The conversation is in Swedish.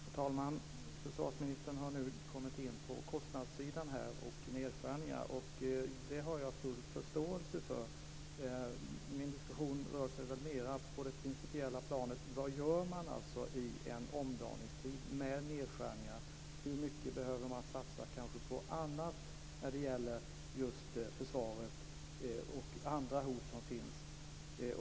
Fru talman! Försvarsministern har nu kommit in på kostnadssidan och talar om nedskärningar. Det har jag full förståelse för. Min diskussion rör sig mer på det principiella planet. Vad gör man i en omdaningstid med nedskärningar? Hur mycket behöver man satsa på annat när det gäller just försvaret och andra hot som finns?